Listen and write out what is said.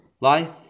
Life